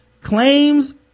claims